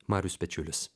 marius pečiulis